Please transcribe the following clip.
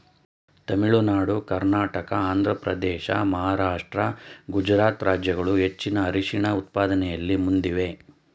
ತಮಿಳುನಾಡು ಕರ್ನಾಟಕ ಆಂಧ್ರಪ್ರದೇಶ ಮಹಾರಾಷ್ಟ್ರ ಗುಜರಾತ್ ರಾಜ್ಯಗಳು ಹೆಚ್ಚಿನ ಅರಿಶಿಣ ಉತ್ಪಾದನೆಯಲ್ಲಿ ಮುಂದಿವೆ